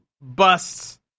busts